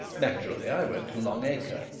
naturally i went to long acre.